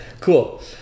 Cool